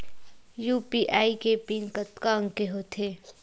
UPI के PIN कतका अंक के होथे?